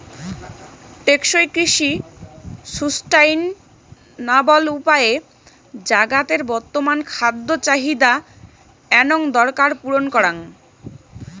টেকসই কৃষি সুস্টাইনাবল উপায়ে জাগাতের বর্তমান খাদ্য চাহিদা এনং দরকার পূরণ করাং